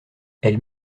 elle